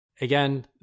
Again